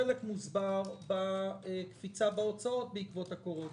חלק מוסבר בקפיצה בהוצאות בעקבות הקורונה.